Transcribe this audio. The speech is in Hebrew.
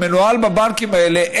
שמנוהל בבנקים האלה,